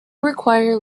require